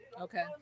Okay